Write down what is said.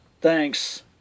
thanks